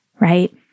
right